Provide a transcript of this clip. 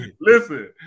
Listen